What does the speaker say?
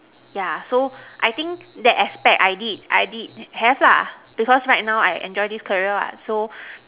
yeah so I think that aspect I did I did have lah because right now I enjoy this career what so